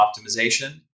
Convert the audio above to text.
optimization